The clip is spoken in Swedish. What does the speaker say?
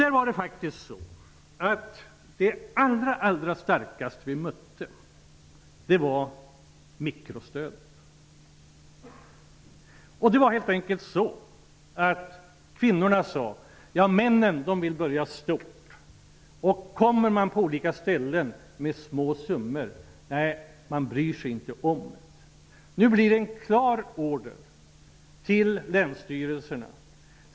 Det allra starkaste gensvar vi mötte gällde mikrostödet. Kvinnorna sade: Männen vill börja stort. Kommer man till olika ställen och vill ha hjälp med små summor bryr de sig inte om att ställa upp. -- Nu blir det en klar order till länsstyrelserna.